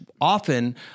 Often